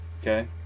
okay